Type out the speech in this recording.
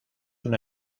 una